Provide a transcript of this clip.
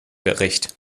bericht